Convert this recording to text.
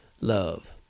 love